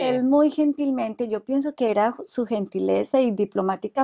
and say diplomatic